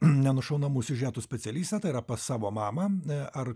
nenušaunamų siužetų specialistą tai yra pas savo mamą e ar